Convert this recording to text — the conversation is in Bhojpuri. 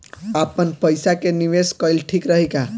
आपनपईसा के निवेस कईल ठीक रही का?